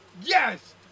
Yes